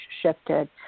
shifted